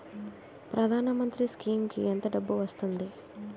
ప్రధాన మంత్రి స్కీమ్స్ కీ ఎంత డబ్బు వస్తుంది?